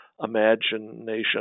Imagination